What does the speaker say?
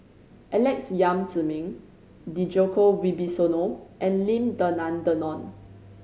Alex Yam Ziming Djoko Wibisono and Lim Denan Denon